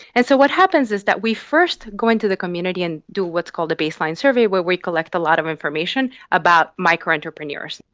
and so what happens is that we first go into the community and do what is called a baseline survey where we collect a lot of information about micro entrepreneurs.